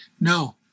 No